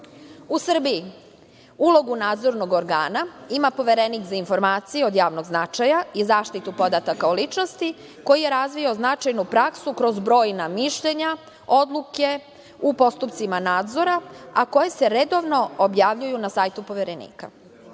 Srbiji ulogu nadzornog organa ima Poverenik za informacije od javnog značaja i zaštitu podataka o ličnosti koji je razvio značajnu praksu kroz brojna mišljenja, odluke u postupcima nadzora, a koje se redovno objavljuju na sajtu